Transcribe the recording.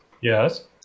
Yes